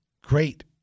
great